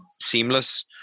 seamless